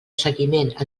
seguiment